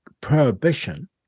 prohibition